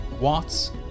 Watts